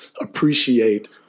appreciate